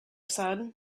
said